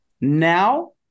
now